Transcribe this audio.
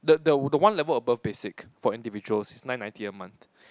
the the one level above basic for individuals is nine ninety a month